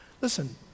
listen